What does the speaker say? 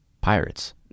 Pirates